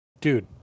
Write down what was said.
dude